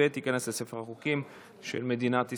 השלישית, ותיכנס לספר החוקים של מדינת ישראל.